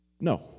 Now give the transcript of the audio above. No